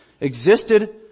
existed